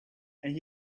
and